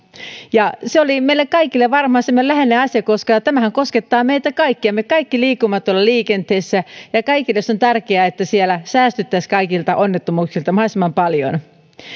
ja se oli meille kaikille varmaan semmoinen läheinen asia koska tämähän koskettaa meitä kaikkia me kaikki liikumme tuolla liikenteessä ja kaikille on tärkeää se että siellä säästyttäisiin kaikilta onnettomuuksilta mahdollisimman paljon